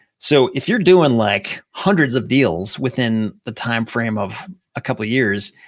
so, if you're doing like hundreds of deals within the time frame of a couple of years,